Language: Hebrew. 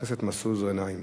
חבר הכנסת מסעוד גנאים.